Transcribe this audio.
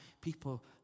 People